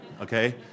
okay